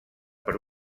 per